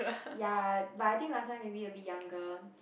ya but I think last time maybe a bit younger